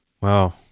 Wow